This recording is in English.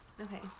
Okay